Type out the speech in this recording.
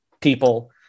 people